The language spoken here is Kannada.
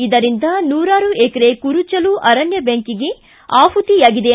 ಇದರಿಂದ ನೂರಾರು ಎಕರೆ ಕುರುಚಲು ಅರಣ್ಯ ಬೆಂಕಿಗೆ ಆಹುತಿಯಾಗಿದೆ